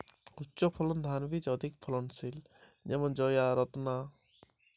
কোন ধান বীজ অধিক ফলনশীল?